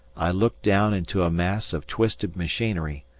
i looked down into a mass of twisted machinery,